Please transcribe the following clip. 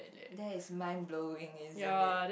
that is mind blowing isn't it